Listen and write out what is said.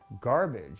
garbage